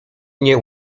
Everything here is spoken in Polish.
nie